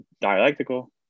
dialectical